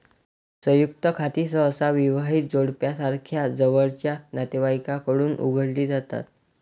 संयुक्त खाती सहसा विवाहित जोडप्यासारख्या जवळच्या नातेवाईकांकडून उघडली जातात